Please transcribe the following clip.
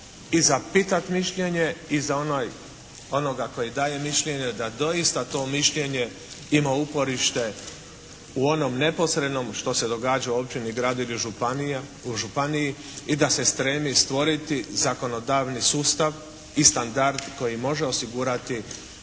i za pitat mišljenje i za onoga koji daje mišljenje da doista to mišljenje ima uporište u onom neposrednom što se događa u općini, gradu ili u županiji. I da se spremi stvoriti zakonodavni sustav i standard koji može osigurati